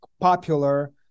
popular